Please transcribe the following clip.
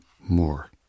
more